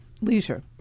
leisure